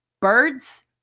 birds